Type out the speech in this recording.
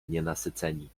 nienasyceni